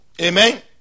Amen